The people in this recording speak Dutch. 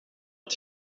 het